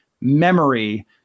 memory